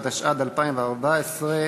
התשע"ד 2014,